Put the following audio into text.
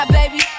baby